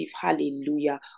hallelujah